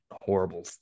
horrible